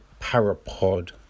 Parapod